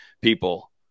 people